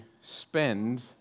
spend